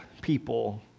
people